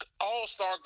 all-star